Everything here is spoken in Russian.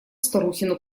старухину